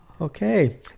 Okay